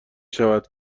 شود